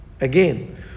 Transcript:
Again